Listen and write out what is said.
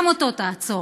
גם אותו תעצור.